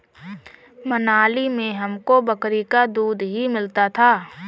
मनाली में हमको बकरी का दूध ही मिलता था